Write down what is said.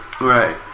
Right